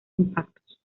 impactos